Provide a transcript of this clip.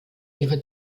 ihre